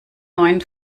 neuen